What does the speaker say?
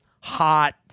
hot